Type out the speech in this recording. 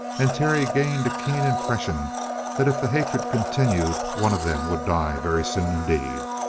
and terry gained a keen impression that if the hatred continued, one of them would die very soon indeed.